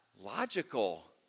Logical